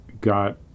Got